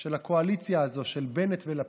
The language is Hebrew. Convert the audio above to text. של הקואליציה הזאת של בנט ולפיד,